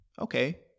Okay